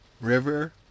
River